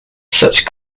such